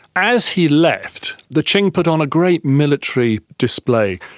as he left, the qing put on a great military display,